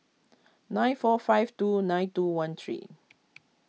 nine four five two nine two one three